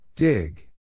Dig